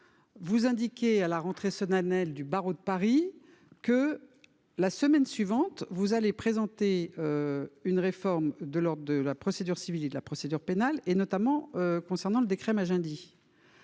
vous indiquiez lors de la rentrée solennelle du barreau de Paris que, la semaine suivante, vous présenteriez une réforme de l'ordre de la procédure civile et de la procédure pénale, notamment celle du décret Magendie.